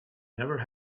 never